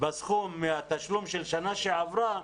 בסכום מהתשלום של שנה שעברה,